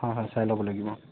হয় হয় চাই ল'ব লাগিব